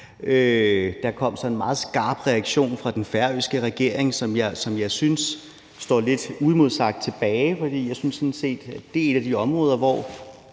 Der kom så en meget skarp reaktion fra den færøske regering, som jeg synes står lidt uimodsagt tilbage. Det er et af de områder, hvor